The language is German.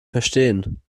verstehen